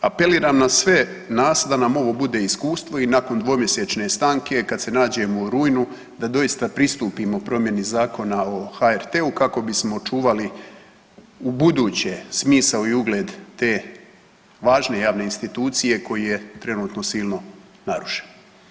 Apeliram na sve nas da nam ovo bude iskustvo i nakon dvomjesečne stanke kada se nađemo u rujnu da doista pristupimo promjeni Zakona o HRT-u kako bismo očuvali ubuduće smisao i ugled te važne javne institucije koji je trenutno silno narušen.